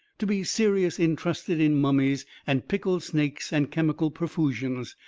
to be serious intrusted in mummies and pickled snakes and chemical perfusions,